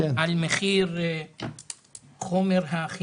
יש לזה השלכה על המחירים של חומר החימום?